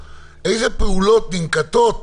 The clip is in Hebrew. מסביב,